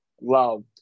loved